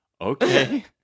Okay